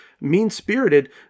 mean-spirited